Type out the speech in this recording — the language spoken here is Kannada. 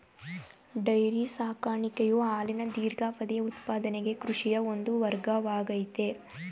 ಡೈರಿ ಸಾಕಾಣಿಕೆಯು ಹಾಲಿನ ದೀರ್ಘಾವಧಿಯ ಉತ್ಪಾದನೆಗೆ ಕೃಷಿಯ ಒಂದು ವರ್ಗವಾಗಯ್ತೆ